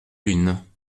lune